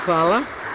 Hvala.